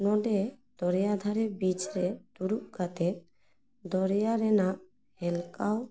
ᱱᱚᱸᱰᱮ ᱫᱚᱨᱤᱭᱟ ᱫᱷᱟᱨᱮ ᱵᱤᱪᱨᱮ ᱫᱩᱲᱩᱵ ᱠᱟᱛᱮ ᱫᱚᱨᱤᱭᱟ ᱨᱮᱱᱟᱜ ᱦᱮᱞᱠᱟᱣ